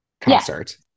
concert